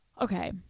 Okay